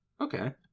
Okay